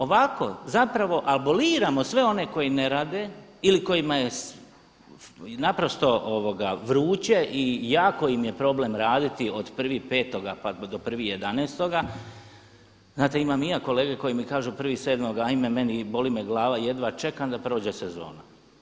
Ovako zapravo aboliramo sve one koji ne rade ili kojima je naprosto vruće i jako im je problem raditi od 1.5. pa do 1.11. znate imam i ja kolege koji mi kažu 1.7. ajme meni boli me glava jedva čekam da prođe sezona.